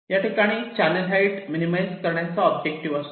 याठिकाणी channel height minimise करण्याचा objective असतो